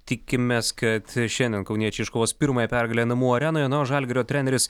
tikimės kad šiandien kauniečiai iškovos pirmąją pergalę namų arenoje na o žalgirio treneris